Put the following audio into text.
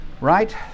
Right